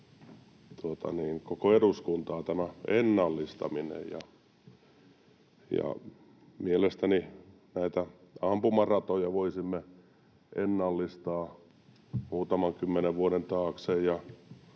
koko eduskuntaa, ja se on ennallistaminen. Mielestäni näitä ampumaratoja voisimme ennallistaa muutaman kymmenen vuoden taakse